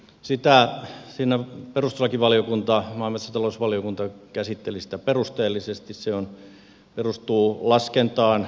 perustuslakivaliokunta ja maa ja metsätalousvaliokunta käsittelivät sitä perusteellisesti perustuu laskentaan